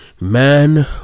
Man